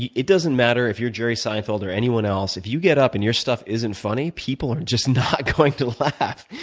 it doesn't matter if you're jerry seinfeld or anyone else, if you get up and your stuff isn't funny, people are just not going to laugh.